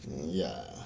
ya